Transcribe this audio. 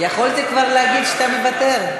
יכולתי כבר להגיד שאתה מוותר.